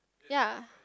ya